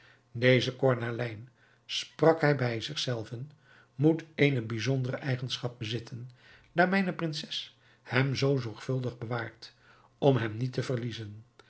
deze kornalijn sprak hij bij zich zelven moet eene bijzondere eigenschap bezitten daar mijne prinses hem zoo zorgvuldig bewaart om hem niet te verliezen